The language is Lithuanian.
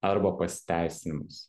arba pasiteisinimus